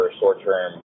short-term